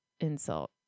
insult